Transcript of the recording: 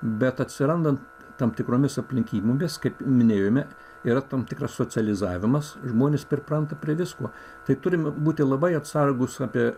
bet atsirandant tam tikromis aplinkybėmis kaip minėjome yra tam tikras socializavimas žmonės pripranta prie visko tai turime būti labai atsargūs apie